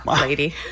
lady